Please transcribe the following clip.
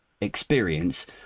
experience